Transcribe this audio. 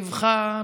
באבחה,